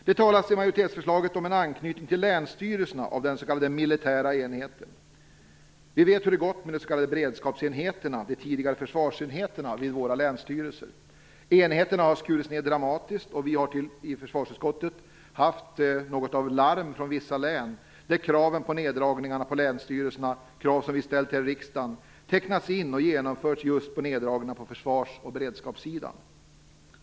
Det talas i majoritetsförslaget om en anknytning till länsstyrelserna av den s.k. militära enheten. Vi vet hur det har gått med de s.k. beredskapsenheterna, de tidigare försvarsenheterna vid våra länsstyrelser. Enheterna har skurits ned dramatiskt, och vi har i försvarsutskottet fått larm från vissa län, där kraven på neddragningar på länsstyrelserna - krav som vi ställt här i riksdagen - tecknats in och genomförts just genom neddragningar på försvarssidan, på beredskapssidan.